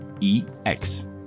E-X